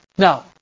Now